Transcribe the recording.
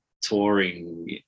touring